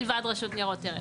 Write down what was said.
מלבד רשות לניירות ערך.